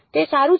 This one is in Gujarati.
તે સારું છે